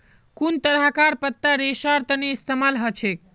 कुन तरहकार पत्ता रेशार तने इस्तेमाल हछेक